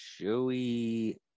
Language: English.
Joey